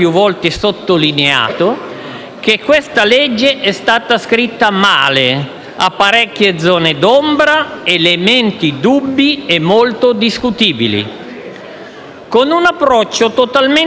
Con un approccio totalmente laico e responsabile, abbiamo fatto tutto il possibile per migliorare il testo e abbiamo proposto diverse modifiche, mai pregiudiziali;